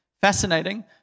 Fascinating